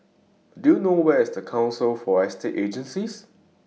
Do YOU know Where IS Council For Estate Agencies